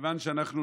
כבר פעם שנייה.